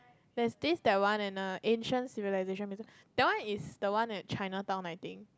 there's this that one and err Ancient Civilisation Museum that one is the one at Chinatown I think